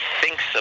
thinks